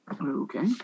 Okay